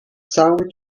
cały